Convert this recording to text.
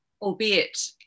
albeit